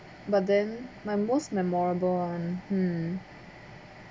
but then my most memorable one hmm